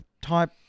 type